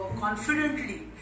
Confidently